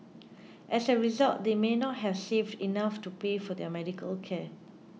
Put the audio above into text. as a result they may not have saved enough to pay for their medical care